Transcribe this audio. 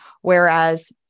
Whereas